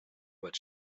what